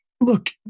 Look